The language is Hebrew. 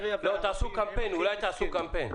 אולי תעשו קמפיין,